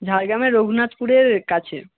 ঝাড়গ্রামের রঘুনাথপুরের কাছে